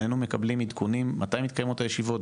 איננו מקבלים עדכונים מתי מתקיימות הישיבות,